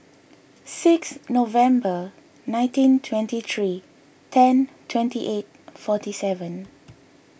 sixth November nineteen twenty three ten twenty eight forty seven